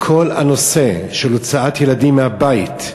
כל הנושא של הוצאת ילדים מהבית,